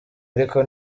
ariko